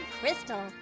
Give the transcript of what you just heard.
Crystal